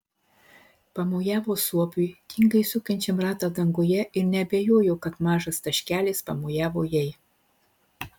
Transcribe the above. pamojavo suopiui tingiai sukančiam ratą danguje ir neabejojo kad mažas taškelis pamojavo jai